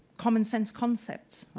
common sense concepts.